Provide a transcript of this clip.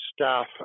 staff